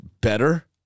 better